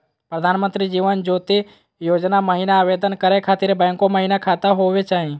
प्रधानमंत्री जीवन ज्योति योजना महिना आवेदन करै खातिर बैंको महिना खाता होवे चाही?